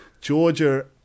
Georgia